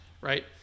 right